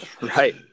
Right